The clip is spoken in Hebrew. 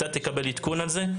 אתה תקבל על כך עדכון מיידי,